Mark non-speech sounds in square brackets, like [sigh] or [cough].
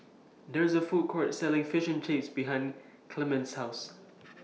There IS A Food Court Selling Fish Chips behind Clemma's House [noise]